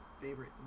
favorite